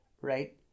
right